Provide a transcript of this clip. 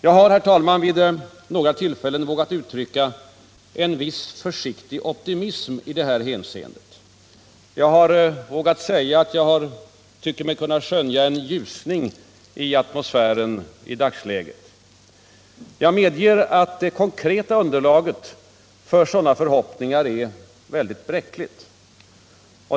Jag har, herr talman, vid några tillfällen vågat uttrycka en viss försiktig optimism i det här hänseendet. Jag har vågat säga att jag tycker mig kunna skönja en ljusning i atmosfären i dagsläget. Jag medger att det konkreta underlaget för sådana förhoppningar är mycket bräckligt.